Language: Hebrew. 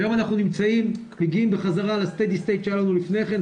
היום אנחנו מגיעים בחזרה ל- steady state שהיה לנו לפני כן,